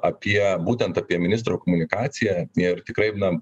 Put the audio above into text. apie būtent apie ministro komunikaciją ir tikrai na